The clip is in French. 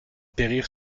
périr